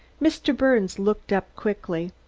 mr. birnes looked up quickly.